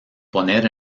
poner